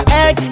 egg